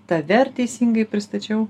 tave ar teisingai pristačiau